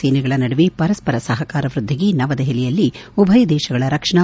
Bharat China ಸೇನೆಗಳ ನಡುವೆ ಪರಸ್ವರ ಸಹಕಾರ ವ್ಯದ್ದಿಗೆ ನವದೆಹಲಿಯಲ್ಲಿ ಉಭಯ ದೇಶಗಳ ರಕ್ಷಣಾ